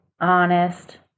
honest